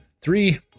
three